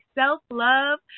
self-love